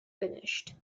finished